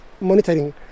monitoring